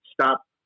stop